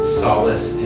solace